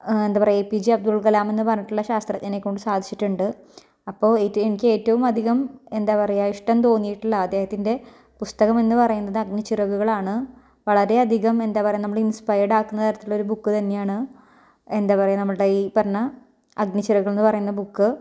എന്താ പറയുക A P J Abdul Kalam എന്ന് പറഞ്ഞിട്ടുള്ള ശാസ്ത്രജ്ഞനെക്കൊണ്ട് സാധിച്ചിട്ടുണ്ട് അപ്പോൾ എനിക്കേറ്റവും അധികം എന്താ പറയുക ഇഷ്ടം തോന്നിയിട്ടുള്ള അദ്ദേഹത്തിൻ്റെ പുസ്തകം എന്ന് പറയുന്നത് അഗ്നിച്ചിറകുകളാണ് വളരെ അധികം എന്താ പറയുക നമ്മളെ ഇൻസ്പയേഡാക്കുന്ന തരത്തിലുള്ള ഒരു ബുക്ക് തന്നെയാണ് എന്താ പറയുക നമ്മളുടെ ഈ പറഞ്ഞ അഗ്നിച്ചിറകുകളെന്ന് പറയുന്ന ബുക്ക്